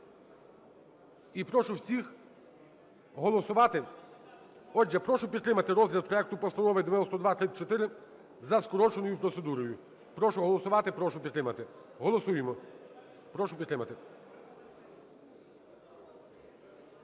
і прошу всіх голосувати. Отже, прошу підтримати розгляд проекту Постанови 9234 за скороченою процедурою. Прошу голосувати, прошу підтримати. Голосуємо! Прошу підтримати.